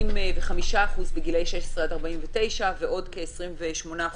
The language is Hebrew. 45% בגילי 16 עד 49, ועוד כ-28%